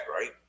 right